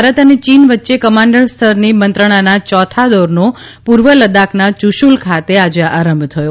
ભારત અને ચીન વચ્ચે કમાન્ડર સ્તરની મંત્રણાના ચોથા દોરનો પૂર્વ લદ્દાખના ચુશુલ ખાતે આજે આરંભ થયો